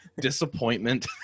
disappointment